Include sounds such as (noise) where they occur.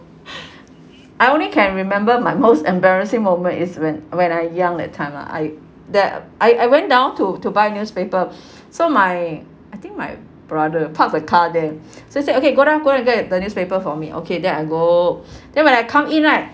I only can remember my most embarrassing moment is when when I young that time lah I that I I went down to to buy newspaper (breath) so my I think my brother park the car there so he said okay go down go and get the newspaper for me okay then I go (breath) then when I come in right